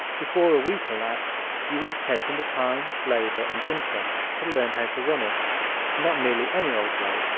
before a week elapsed you would have taken the time, labor and interest to learn how to run it not merely any old way,